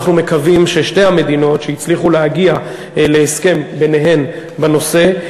אנחנו מקווים ששתי המדינות שהצליחו להגיע להסכם ביניהן בנושא,